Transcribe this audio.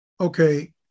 okay